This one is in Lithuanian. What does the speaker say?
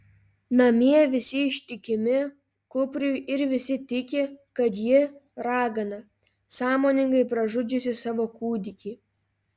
namie visi ištikimi kupriui ir visi tiki kad ji ragana sąmoningai pražudžiusi savo kūdikį